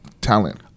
talent